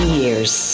years